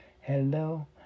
hello